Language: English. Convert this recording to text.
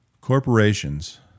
corporations